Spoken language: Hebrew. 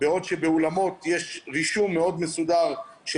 בעוד שבאולמות יש רישום מאוד מסודר של